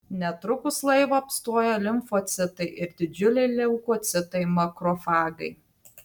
netrukus laivą apstoja limfocitai ir didžiuliai leukocitai makrofagai